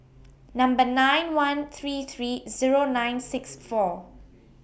nine one three three Zero nine six four